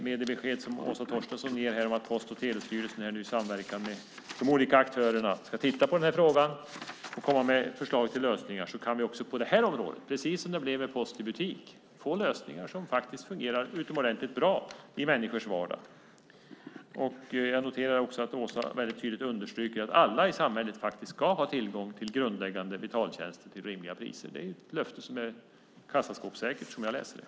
Med det besked som Åsa Torstensson ger här om att Post och telestyrelsen nu i samverkan med de olika aktörerna ska titta på den här frågan och komma med förslag till lösningar är jag övertygad om att vi också på det här området, precis som det blev med post i butik, kan få lösningar som faktiskt fungerar utomordentligt bra i människors vardag. Jag noterar också att Åsa väldigt tydligt understryker att alla i samhället ska ha tillgång till grundläggande betaltjänster till rimliga priser. Det är ett löfte som är kassaskåpssäkert, som jag läser det.